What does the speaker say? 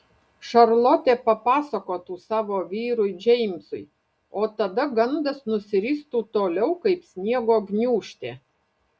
šarlotė papasakotų savo vyrui džeimsui o tada gandas nusiristų toliau kaip sniego gniūžtė